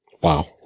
Wow